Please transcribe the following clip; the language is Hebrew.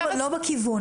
לא בכיוון,